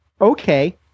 okay